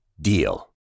DEAL